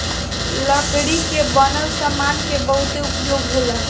लकड़ी के बनल सामान के बहुते उपयोग होला